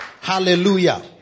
Hallelujah